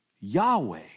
Yahweh